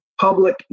public